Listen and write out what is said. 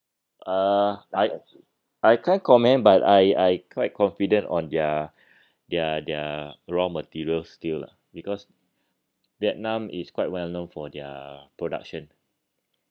uh I I can't comment but I I quite confident on their their their raw materials still lah because vietnam is quite well known for their production